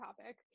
topic